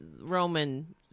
Roman